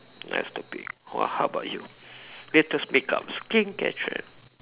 nice topic wha~ how about you latest makeup skincare trend